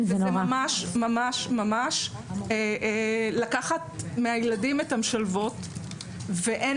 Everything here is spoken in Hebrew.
זה ממש ממש לקחת מהילדים את המשלבות ואין